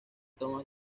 toma